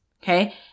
Okay